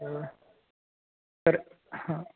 तर तर हां